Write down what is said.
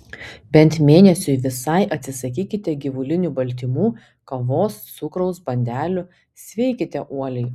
bent mėnesiui visai atsisakykite gyvulinių baltymų kavos cukraus bandelių sveikite uoliai